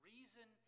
Reason